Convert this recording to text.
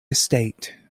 estate